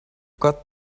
got